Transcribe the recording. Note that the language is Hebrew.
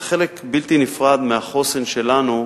זה חלק בלתי נפרד מהחוסן שלנו,